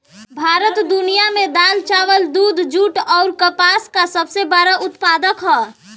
भारत दुनिया में दाल चावल दूध जूट आउर कपास का सबसे बड़ा उत्पादक ह